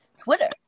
Twitter